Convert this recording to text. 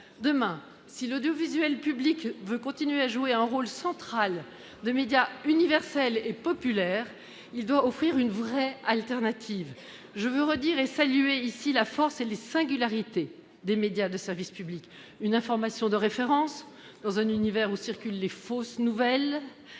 Demain, si l'audiovisuel public veut continuer à jouer un rôle central de média universel et populaire, il doit offrir une vraie alternative. Je veux rappeler et saluer ici la force et les singularités des médias de service public, lesquels assurent une information de référence dans un univers où circulent les fausses nouvelles,